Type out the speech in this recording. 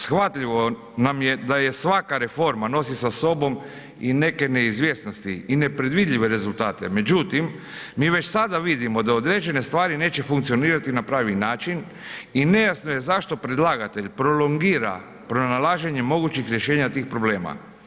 Shvatljivo nam je da je svaka reforma nosi sa sobom i neke neizvjesnosti i nepredvidljive rezultate, međutim, mi već sada vidimo da određene stvari neće funkcionirati na pravi način i nejasno je zašto predlagatelj prolongira pronalaženje mogućih rješenja tih problema.